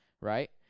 right